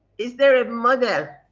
is there a model,